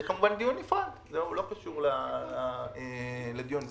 זה דיון נפרד שלא קשור לדיון הזה.